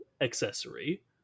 accessory